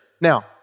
Now